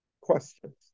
Questions